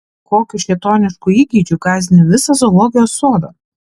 kokiu šėtonišku įgeidžiu gąsdini visą zoologijos sodą